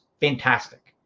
fantastic